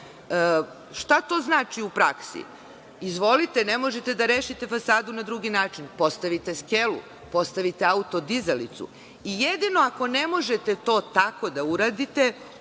Šta to znači u praksi? Izvolite, ne možete da rešite fasadu na drugi način, postavite skelu, postavite auto-dizalicu i jedino ako ne možete to tako da uradite,